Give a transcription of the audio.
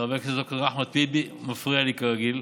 חבר הכנסת אחמד טיבי מפריע לי, כרגיל,